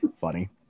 funny